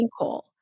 sinkhole